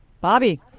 Bobby